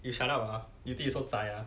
you shut up ah you think you so zai ah